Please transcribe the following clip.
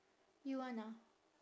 you want ah